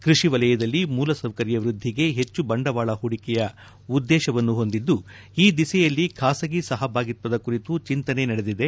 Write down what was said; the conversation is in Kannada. ಕೃಷಿ ವಲಯದಲ್ಲಿ ಮೂಲಸೌಕರ್ಯ ವೃದ್ದಿಗೆ ಹೆಚ್ಚು ಬಂಡವಾಳ ಹೂಡಿಕೆಯ ಉದ್ದೇಶವನ್ನು ಹೊಂದಿದ್ದು ಈ ದಿಸೆಯಲ್ಲಿ ಖಾಸಗಿ ಸಹಭಾಗಿತ್ವದ ಕುರಿತು ಚಿಂತನೆ ನಡೆದಿದೆ